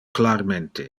clarmente